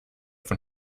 von